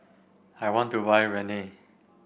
I want to buy Rene